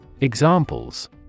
Examples